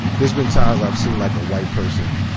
there's been times i've seen like a white person,